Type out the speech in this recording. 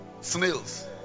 Snails